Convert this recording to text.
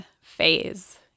phase